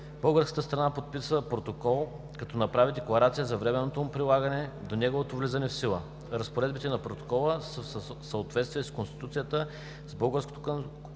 Българската страна подписа Протокола, като направи декларация за временното му прилагане до неговото влизане в сила. Разпоредбите на Протокола са в съответствие с Конституцията, с българското законодателство,